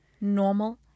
normal